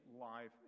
life